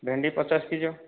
ଭେଣ୍ଡି ପଚାଶ କିଲୋ